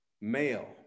male